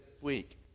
week